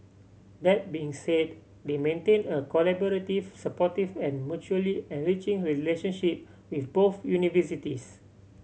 that being said they maintain a collaborative supportive and mutually enriching relationship with both universities